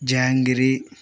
jangri